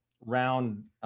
round